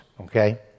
okay